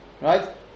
Right